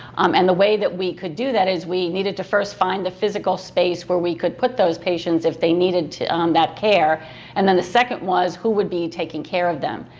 um and the way that we could do that is we needed to first find the physical space where we could put those patients if they needed that care and then the second was, who would be taking care of them?